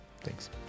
Thanks